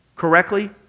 correctly